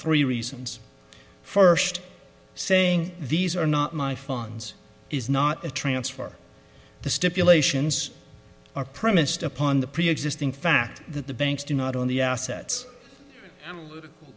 three reasons first saying these are not my funds is not a transfer the stipulations are premised upon the preexisting fact that the banks do not own the assets